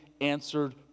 answered